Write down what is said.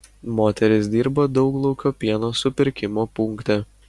moteris dirba dauglaukio pieno supirkimo punkte